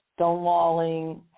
stonewalling